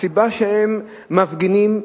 הסיבה שהם מפגינים,